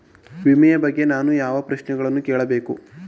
ವಿಮೆಯ ಬಗ್ಗೆ ನಾನು ಯಾವ ಪ್ರಶ್ನೆಗಳನ್ನು ಕೇಳಬೇಕು?